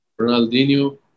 Ronaldinho